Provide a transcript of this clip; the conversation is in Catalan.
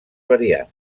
variants